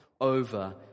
over